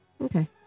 okay